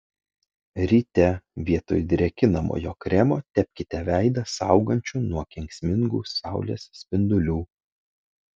ryte vietoj drėkinamojo kremo tepkite veidą saugančiu nuo kenksmingų saulės spindulių